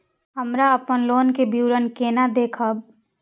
हमरा अपन लोन के विवरण केना देखब?